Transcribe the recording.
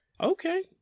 Okay